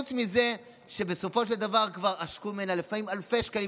חוץ מזה שבסופו של דבר כבר עשקו ממנה לפעמים אלפי שקלים,